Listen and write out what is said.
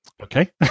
okay